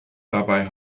dabei